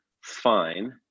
fine